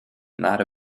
not